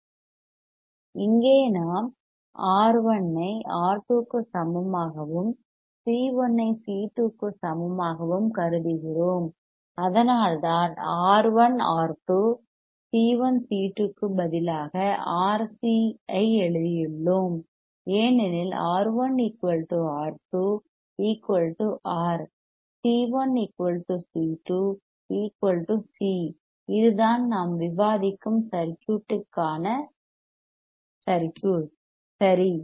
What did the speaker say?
இங்கே நாம் R1 ஐ R2 க்கு சமமாகவும் C1 ஐ C2 க்கு சமமாகவும் கருதுகிறோம் அதனால்தான் R1 R2 C1 C2 க்கு பதிலாக R C ஐ எழுதியுள்ளோம் ஏனெனில் R1 R2 R C 1 C 2 C இதுதான் நான் விவாதிக்கும் சர்க்யூட்க்கான சர்க்யூட் சரி